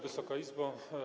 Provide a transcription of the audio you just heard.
Wysoka Izbo!